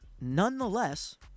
Nonetheless